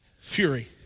fury